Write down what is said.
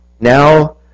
now